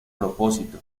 propósito